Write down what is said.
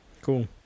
cool